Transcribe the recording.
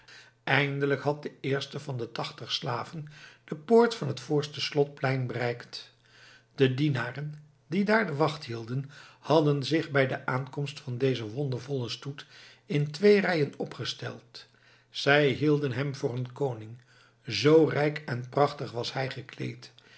eindelijk had de eerste van de tachtig slaven de poort van het voorste slotplein bereikt de dienaren die daar de wacht hielden hadden zich bij de aankomst van dezen wondervollen stoet in twee rijen opgesteld zij hielden hem voor een koning zoo rijk en prachtig was hij gekleed